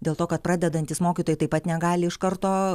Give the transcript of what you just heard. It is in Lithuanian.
dėl to kad pradedantys mokytojai taip pat negali iš karto